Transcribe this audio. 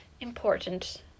important